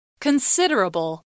Considerable